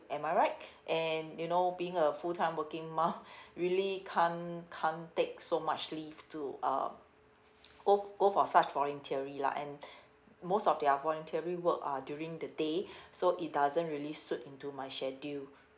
am I right and you know being a full time working mum really can't can't take so much leave to uh go go for such voluntary lah and most of their volunteering work are during the day so it doesn't really suit into my schedule